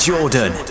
Jordan